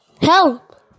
Help